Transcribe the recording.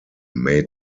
made